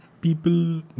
people